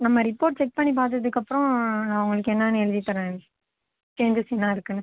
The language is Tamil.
நம்ம ரிப்போர்ட் செக் பண்ணி பார்த்ததுக்கப்றோம் அவர்களுக்கு என்னான்னு எழுதி தரேன் சேஞ்சஸ் என்னா இருக்குதுன்னு